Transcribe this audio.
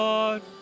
Lord